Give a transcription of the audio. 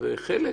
וחלק